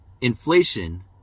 inflation